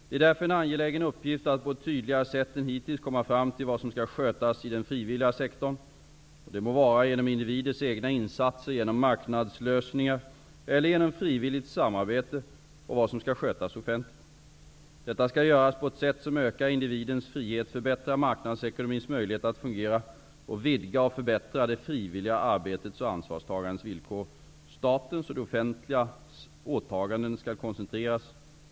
Det är därför en angelägen uppgift att på ett tydligare sätt än hittills komma fram till vad som skall skötas i den frivilliga sektorn -- och det må vara genom individers egna insatser, genom marknadslösningar eller genom frivilligt samarbete -- och vad som skall skötas offentligt. Detta skall göras på ett sätt som ökar individens frihet, förbättrar marknadsekonomins möjligheter att fungera och vidgar och förbättrar det frivilliga arbetets och ansvarstagandets villkor. Statens och det offentligas åtaganden skall koncentreras.